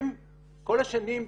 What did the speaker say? הם כל השנים,